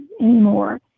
anymore